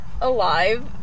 alive